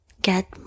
get